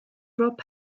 rob